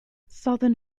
southern